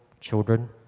children